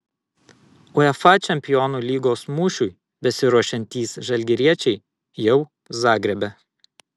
uefa čempionų lygos mūšiui besiruošiantys žalgiriečiai jau zagrebe